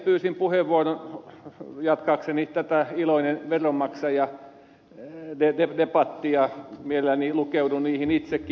pyysin puheenvuoron jatkaakseni tätä iloinen veronmaksaja debattia mielelläni lukeudun niihin itsekin